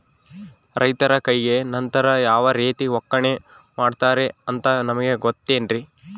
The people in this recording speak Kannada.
ರೈತರ ಕೈಗೆ ನಂತರ ಯಾವ ರೇತಿ ಒಕ್ಕಣೆ ಮಾಡ್ತಾರೆ ಅಂತ ನಿಮಗೆ ಗೊತ್ತೇನ್ರಿ?